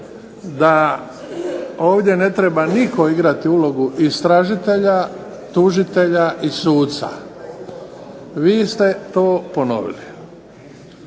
da ovdje ne treba nitko igrati ulogu istražitelja, tužitelja i suca, vi ste to ponovili.